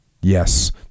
Yes